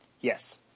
Yes